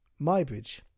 Mybridge